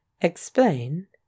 Explain